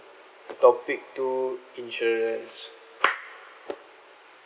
topic two insurance